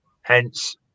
hence